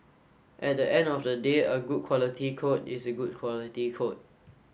at the end of the day a good quality code is a good quality code